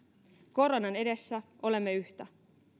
koronan edessä olemme yhtä